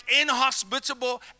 inhospitable